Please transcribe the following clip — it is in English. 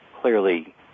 clearly